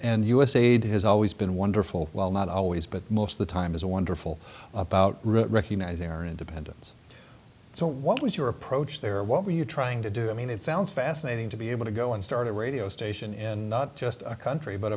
usaid has always been wonderful well not always but most of the time is a wonderful about recognizing our independence so what was your approach there what were you trying to do i mean it sounds fascinating to be able to go and start a radio station and not just a country but